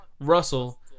Russell